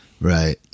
Right